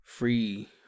Free